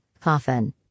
coffin